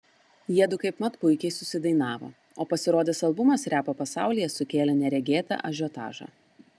jiedu kaipmat puikiai susidainavo o pasirodęs albumas repo pasaulyje sukėlė neregėtą ažiotažą